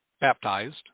baptized